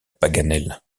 paganel